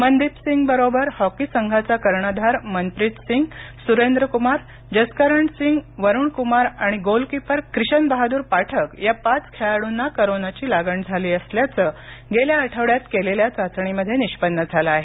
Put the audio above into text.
मनदीप सिंगबरोबर हॉकी संघाचा कर्णधार मनप्रीत सिंग सुरेंद्र कुमार जसकरण सिंग वरूण कुमार आणि गोलकीपर क्रिशन बहादूर पाठक या पाच खेळाडूंना करोनाची लागण झाली असल्याच गेल्या आठवड्यात केलेल्या चाचणीमध्ये निष्पन्न झाल आहे